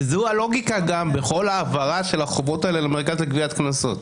וזוהי הלוגיקה גם בכל ההעברה של החובות הללו למרכז לגביית קנסות.